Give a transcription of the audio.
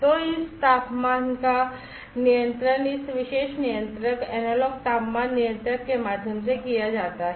तो इस तापमान का नियंत्रण इस विशेष नियंत्रक एनालॉग तापमान नियंत्रक के माध्यम से किया जाता है